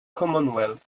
commonwealth